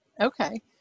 Okay